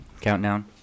countdown